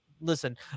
Listen